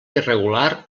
irregular